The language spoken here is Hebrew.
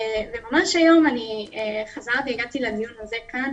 ממש היום הגעתי לדיון כאן,